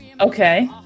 Okay